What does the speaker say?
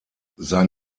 sein